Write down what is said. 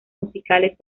musicales